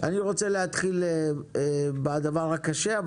אני רוצה להתחיל בדבר הקשה,